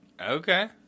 Okay